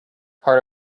part